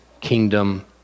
kingdom